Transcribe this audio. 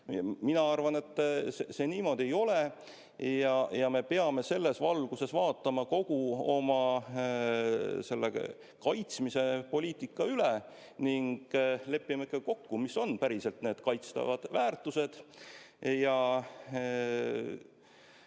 Mina arvan, et see niimoodi ei ole. Me peame selles valguses vaatama kogu oma kaitsmispoliitika üle ning leppima ikkagi kokku, mis on päriselt need kaitstavad väärtused.